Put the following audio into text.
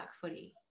footy